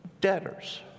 debtors